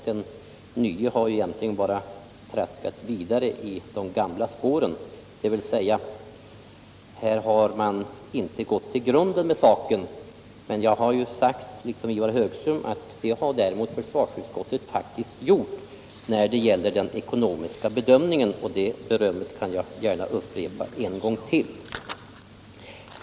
Den nye har egentligen bara traskat vidare i de gamla spåren och alltså inte gått till grunden med frågan. Jag har liksom Ivar Högström sagt att försvarsutskottet däremot gjort detta i vad avser den ekonomiska bedömningen, och det berömmet kan jag framföra en gång till.